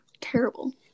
Terrible